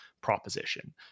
Proposition